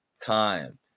time